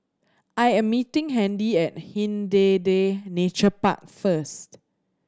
I am meeting Handy at Hindhede Nature Park first